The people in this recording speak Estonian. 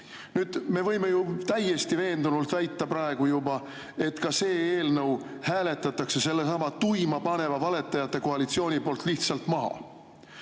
Me võime ju täiesti veendunult väita juba praegu, et ka see eelnõu hääletatakse sellesama tuima paneva valetajate koalitsiooni poolt lihtsalt maha.